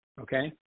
Okay